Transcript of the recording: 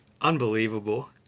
Unbelievable